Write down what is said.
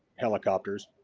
helicopters.